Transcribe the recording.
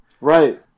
Right